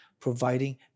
providing